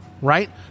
right